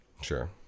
Sure